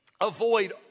avoid